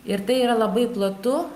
ir tai yra labai platu